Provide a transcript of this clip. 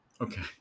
Okay